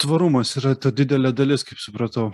tvarumas yra ta didelė dalis kaip supratau